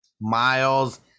miles